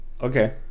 Okay